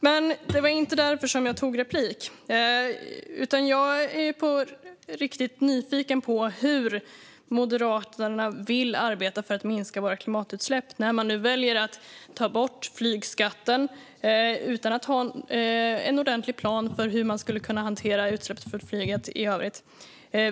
Men det var inte därför jag tog replik, utan jag är på riktigt nyfiken på hur Moderaterna vill arbeta för att minska våra klimatutsläpp, nu när man väljer att ta bort flygskatten utan att ha en ordentlig plan för hur flygets utsläpp ska kunna hanteras i övrigt.